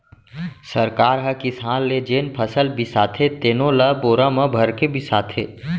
सरकार ह किसान ले जेन फसल बिसाथे तेनो ल बोरा म भरके बिसाथे